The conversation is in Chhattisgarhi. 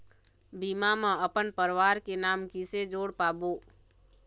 बीमा म अपन परवार के नाम किसे जोड़ पाबो?